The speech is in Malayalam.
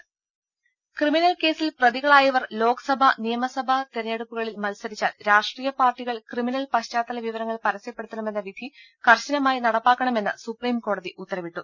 ദേര ക്രിമിനൽ കേസിൽ പ്രതികളായവർ ലോക്സഭാ നിയമസഭാ തെരഞ്ഞെടുപ്പുകളിൽ മത്സരിച്ചാൽ രാഷ്ട്രീയ പാർട്ടികൾ ക്രിമിനൽ പശ്ചാത്തല വിവരങ്ങൾ പരസ്യപ്പെടുത്തണമെന്ന വിധി കർശനമായി നടപ്പാക്കണമെന്ന് സുപ്രീംകോടതി ഉത്തരവിട്ടു